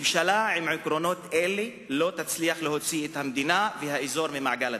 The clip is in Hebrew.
ממשלה עם עקרונות כאלה לא תצליח להוציא את המדינה והאזור ממעגל הדמים,